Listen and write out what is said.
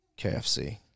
KFC